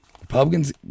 Republicans